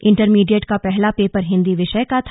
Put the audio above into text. intermediate का पहला paper Hindi विषय का था